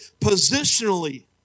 positionally